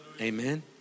Amen